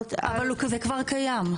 אבל זה כבר קיים.